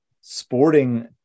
sporting